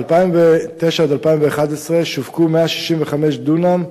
ב-2009 2011 שווקו 165 דונם,